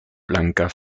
blanka